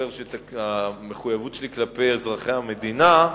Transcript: זוכר שהמחויבות שלי כלפי אזרחי המדינה,